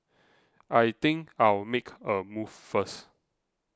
I think I'll make a move first